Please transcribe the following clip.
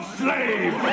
slave